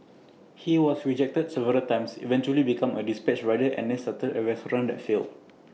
he was rejected several times eventually became A dispatch rider and then started A restaurant that failed